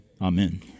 Amen